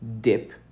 dip